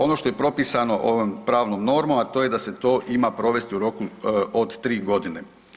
Ono što je propisano ovom pravnom normom, a to je da se to ima provesti u roku od tri godine.